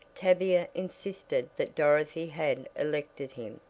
tavia insisted that dorothy had elected him,